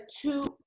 two